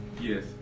Yes